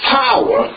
power